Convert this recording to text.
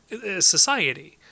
society